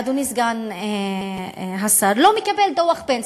אדוני סגן השר, לא מקבל דוח פנסיה.